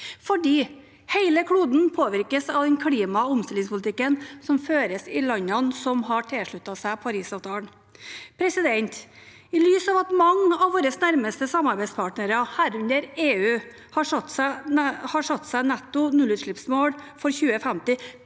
for hele kloden påvirkes av den klima- og omstillingspolitikken som føres i landene som har tilsluttet seg Parisavtalen. I lys av at mange av våre nærmeste samarbeidspartnere, herunder EU, har satt seg netto null-utslippsmål for 2050,